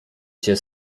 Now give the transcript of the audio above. cię